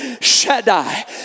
Shaddai